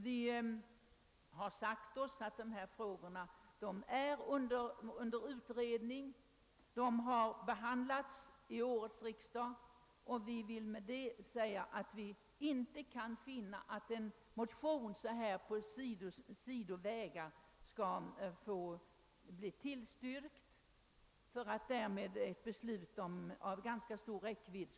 Dessa frågor är under utredning och har dessutom behandlats i årets riksdag. Vi kan inte finna det rimligt att tillstyrka en motion för att så här på sidovägar åstadkomma ett beslut av stor räckvidd.